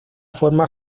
forma